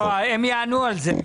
הם יענו על זה.